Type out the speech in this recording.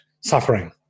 suffering